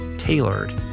Tailored